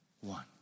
one